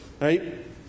right